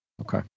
Okay